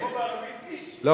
כמו בערבית: אישי.